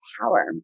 power